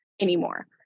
anymore